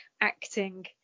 acting